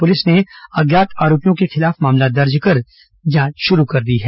police ने अज्ञात आरोपियों के खिलाफ मामला दर्ज कर जांच शुरू कर दी है